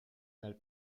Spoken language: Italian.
nel